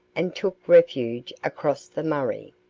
and took refuge across the murray.